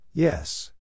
Yes